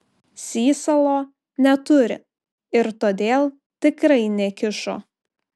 sysalo neturi ir todėl tikrai nekišo